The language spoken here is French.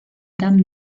dame